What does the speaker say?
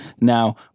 Now